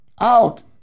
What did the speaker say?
out